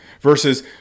versus